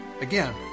Again